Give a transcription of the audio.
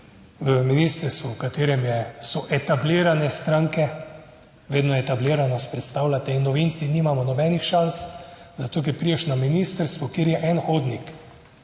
v ministrstvu v katerem so etablirane stranke, vedno etablirano predstavljate in novinci nimamo nobenih šans, zato ker prideš na ministrstvo, kjer je en hodnik,